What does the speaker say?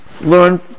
learn